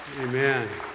amen